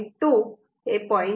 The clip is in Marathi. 4 हे 0